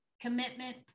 Commitment